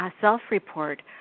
self-report